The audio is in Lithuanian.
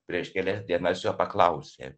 prieš kelias dienas jo paklausė